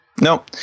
No